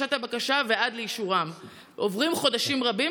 מהגשת הבקשה ועד לאישורה עוברים חודשים רבים,